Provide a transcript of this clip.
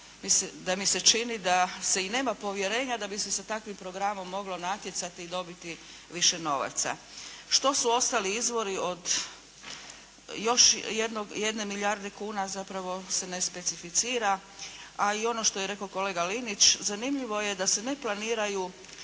da mi se čini da se i nema povjerenja da bi se sa takvim programom moglo natjecati i dobiti više novaca. Što su ostali izvori od još jedne milijarde kuna zapravo se ne specifira. A i ono što je rekao kolega Linić, zanimljivo je da se ne planiraju